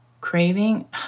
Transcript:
craving